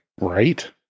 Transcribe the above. Right